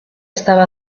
estaba